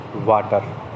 water